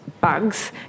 bugs